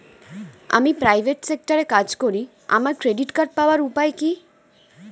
আমি প্রাইভেট সেক্টরে কাজ করি আমার ক্রেডিট কার্ড পাওয়ার উপায় কি?